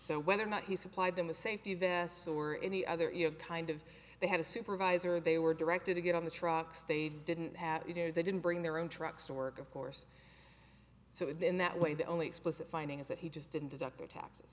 so whether or not he supplied them with safety this or any other you know kind of they had a supervisor they were directed to get on the truck stayed didn't have it or they didn't bring their own trucks to work of course so in that way the only explicit finding is that he just didn't deduct their taxes